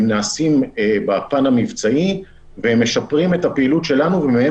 הם נעשים בפן המבצעי והם משפרים את הפעילות שלנו ומהם